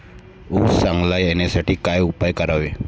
ऊस चांगला येण्यासाठी काय उपाय करावे?